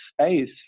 space